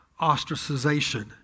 ostracization